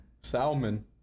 Salmon